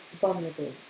vulnerable